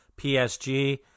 PSG